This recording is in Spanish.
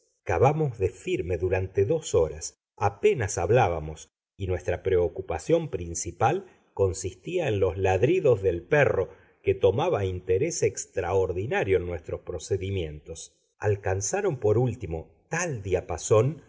cavamos de firme durante dos horas apenas hablábamos y nuestra preocupación principal consistía en los ladridos del perro que tomaba interés extraordinario en nuestros procedimientos alcanzaron por último tal diapasón que